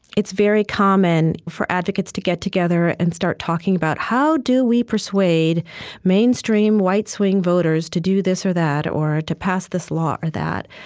it's very common for advocates to get together and start talking about, how do we persuade mainstream, white swing voters to do this or that, or to pass this law or that?